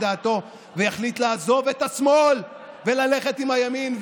דעתו ויחליט לעזוב את השמאל וללכת עם הימין.